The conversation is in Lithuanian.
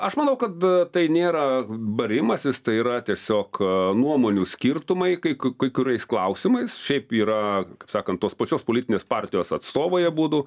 aš manau kad tai nėra barimasis tai yra tiesiog nuomonių skirtumai kai kai kuriais klausimais šiaip yra kaip sakant tos pačios politinės partijos atstovai abudu